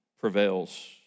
prevails